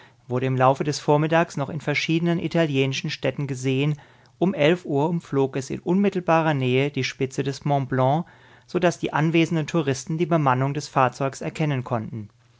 im laufe des vormittags noch in verschiedenen italienischen städten gesehen um elf uhr umflog es in unmittelbarer nähe die spitze des montblanc so daß die anwesenden touristen die bemannung des fahrzeugs erkennen konnten